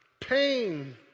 pain